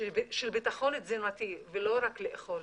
של ביטחון תזונתי ולא רק לאכול.